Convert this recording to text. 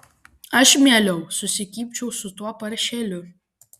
aš mieliau susikibčiau su tuo paršeliu